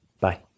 Bye